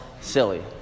silly